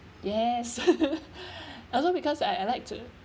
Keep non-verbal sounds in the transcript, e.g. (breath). yes (laughs) (breath) also because I I like to